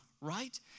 right